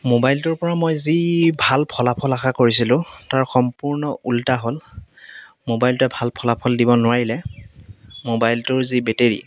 মোবাইলটোৰ পৰা মই যি ভাল ফলাফল আশা কৰিছিলোঁ তাৰ সম্পূৰ্ণ ওলোটা হ'ল মোবাইলটোৱে ভাল ফলাফল দিব নোৱাৰিলে মোবাইলটোৰ যি বেটেৰি